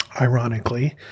ironically